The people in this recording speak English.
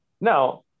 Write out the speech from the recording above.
Now